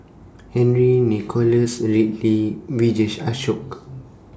Henry Nicholas Ridley Vijesh Ashok